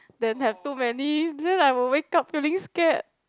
then have too many then I will wake up feeling scared